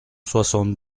soixante